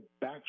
back